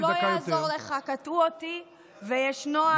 לא, לא יעזור לך, קטעו אותי ויש נוהל.